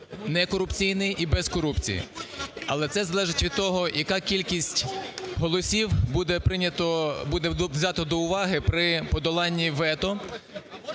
некорупційний і без корупції. Але це залежить від того, яка кількість голосів буде взята до уваги при подолані вето